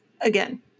again